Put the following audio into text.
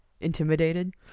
intimidated